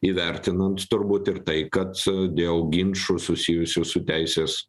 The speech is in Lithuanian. įvertinant turbūt ir tai kad dėl ginčų susijusių su teisės